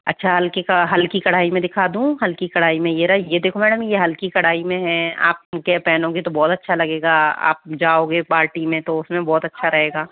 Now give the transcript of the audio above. अच्छा हल्की का हल्की कढ़ाई में दिखा दूँ हल्की कढ़ाई में यह रहा यह देखो मैडम यह हल्की कढ़ाई में है आप यह पहनोगी तो बहुत अच्छा लगेगा आप जाओगे पार्टी में तो उसमें भी बहुत अच्छा रहेगा